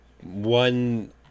one